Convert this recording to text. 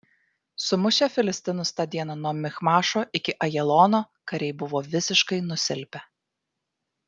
sumušę filistinus tą dieną nuo michmašo iki ajalono kariai buvo visiškai nusilpę